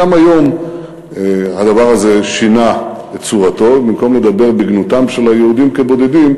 היום גם הדבר הזה שינה את צורתו: במקום לדבר בגנותם של היהודים כבודדים,